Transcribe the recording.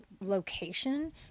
location